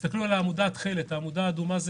המספרים שנכנסים לארץ הם